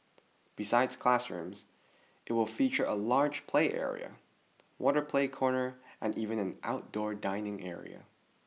besides classrooms it will feature a large play area water play corner and even an outdoor dining area